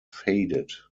faded